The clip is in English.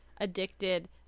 addicted